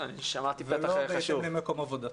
ולא בהתאם למקום עבודתו.